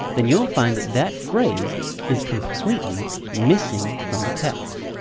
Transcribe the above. then you'll find that that phrase is completely missing from the text.